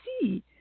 see